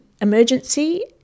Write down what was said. emergency